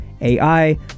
AI